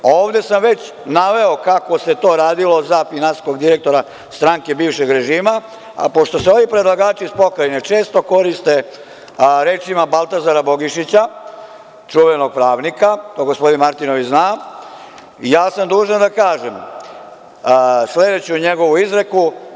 Ovde sam već naveo kako se to radilo za finansijskog direktora stranke bivšeg režima, a pošto se ovi predlagači iz pokrajine često koriste rečima Baltazara Bogišića, čuvenog pravnika, to gospodin Martinović zna, ja sam dužan da kažem sledeću njegovu izreku.